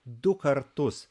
du kartus